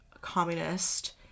communist